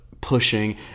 pushing